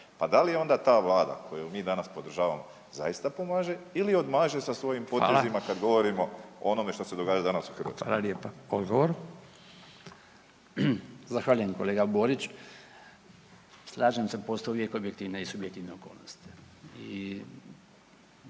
pa da li onda ta vlada koju mi danas podržavamo zaista pomaže ili odmaže sa svojim potezima kad govorimo o onome što se događa danas u Hrvatskoj? **Radin, Furio (Nezavisni)** Hvala lijepa. Odgovor. **Bačić, Branko (HDZ)** Zahvaljujem kolega Borić. Slažem se, postoje uvijek objektivne i subjektivne okolnosti